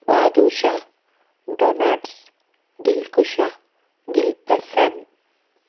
badusha donuts Dilkush dilpasand